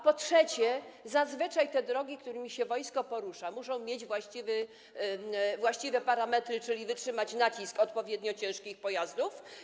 Po trzecie, zazwyczaj te drogi, którymi wojsko się porusza, muszą mieć właściwe parametry, czyli wytrzymać nacisk odpowiednio ciężkich pojazdów.